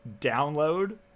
download